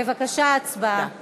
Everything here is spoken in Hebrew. בבקשה, הצבעה שמית.